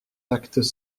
actes